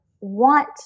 want